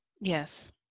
Yes